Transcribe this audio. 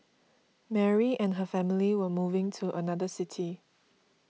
Mary and her family were moving to another city